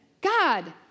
God